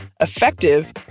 effective